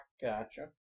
Gotcha